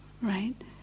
Right